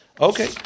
Okay